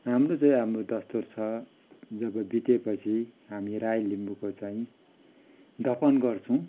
हाम्रो चाहिँ हाम्रो दस्तुर छ जब बितेपछि हामी राई लिम्बूको चाहिँ दफन गर्छौँ